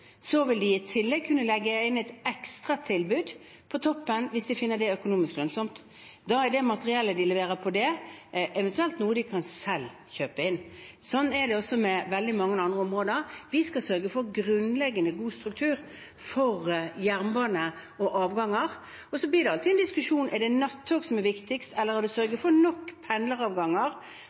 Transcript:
vil de kunne legge inn et ekstratilbud hvis de finner det økonomisk lønnsomt. Da er materiellet de leverer i forbindelse med det, eventuelt noe de selv kan kjøpe inn. Sånn er det også på veldig mange andre områder. Vi skal sørge for en grunnleggende god struktur for jernbane og avganger, og så blir det alltid en diskusjon om det er nattog som er viktigst, eller om det er å sørge for nok pendleravganger